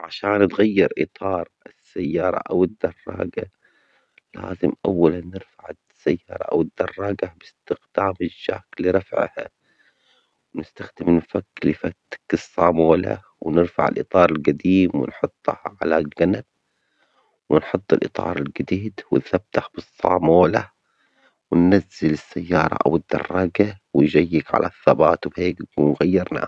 عشان تغير اطار السيارة او الدراجة لازم اولا نرفع السيارة او الدراجة باستقطاب الجاك لرفعها، نستخدم المفك نفكك الصامولة ونرفع الاطار الجديم ونحطه على جنب، ونحط الاطار الجديد ونفتح بالصامولة وننزل السيارة او الدراجة وجيك على الثبات وهيك بنكون غيرناها.